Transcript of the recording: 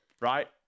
right